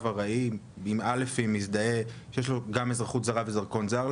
ארעי עם א' מזדהה שיש לו גם אזרחות זרה ודרכון זר,